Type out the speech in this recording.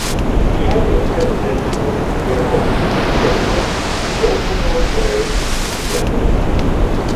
janiu endzelynu kurio mokslinius veikalus jau buvau gerai išstudijavęs